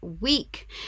week